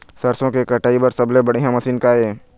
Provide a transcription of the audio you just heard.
सरसों के कटाई बर सबले बढ़िया मशीन का ये?